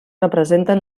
representen